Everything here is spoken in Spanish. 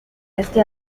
este